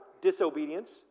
disobedience